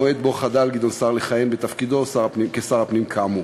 המועד שבו חדל גדעון סער לכהן בתפקידו כשר הפנים כאמור.